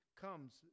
comes